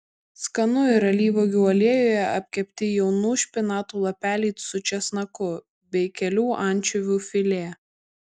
skanu ir alyvuogių aliejuje apkepti jaunų špinatų lapeliai su česnaku bei kelių ančiuvių filė